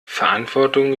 verantwortung